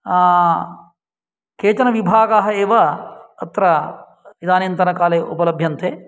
केचन विभागाः एव अत्र इदानीन्तनकाले उपलभ्यन्ते